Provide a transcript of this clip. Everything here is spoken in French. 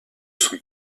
sont